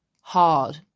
hard